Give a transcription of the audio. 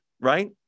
right